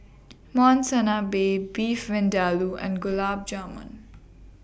Monsunabe Beef Vindaloo and Gulab Jamun